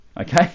okay